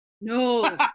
No